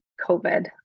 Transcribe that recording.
COVID